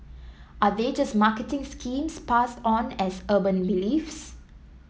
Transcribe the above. are they just marketing schemes passed on as urban beliefs